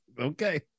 Okay